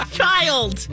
child